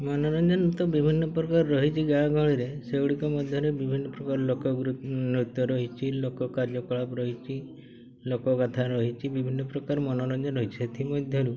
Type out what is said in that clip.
ମନୋରଞ୍ଜନ ନୃତ୍ୟ ବିଭିନ୍ନ ପ୍ରକାର ରହିଛି ଗାଁ ଗହଳିରେ ସେଗୁଡ଼ିକ ମଧ୍ୟରେ ବିଭିନ୍ନ ପ୍ରକାର ଲୋକ ନୃତ୍ୟ ରହିଛି ଲୋକ କାର୍ଯ୍ୟକଳାପ ରହିଛି ଲୋକ କଥା ରହିଛି ବିଭିନ୍ନ ପ୍ରକାର ମନୋରଞ୍ଜନ ରହିଛି ସେଥିମଧ୍ୟରୁ